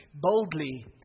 boldly